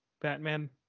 Batman